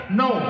no